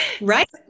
right